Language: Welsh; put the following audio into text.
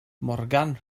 morgan